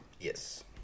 Yes